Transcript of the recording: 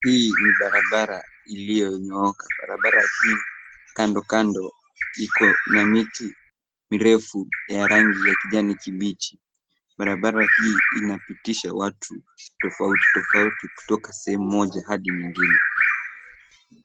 Hii ni barabara iliyonyooka. Barabara hii kando kando iko na miti mirefu ya rangi ya kijani kibichi. Barabara hii inapitisha watu tofauti tofauti kutoka sehemu moja hadi nyingine.